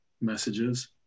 messages